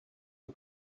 een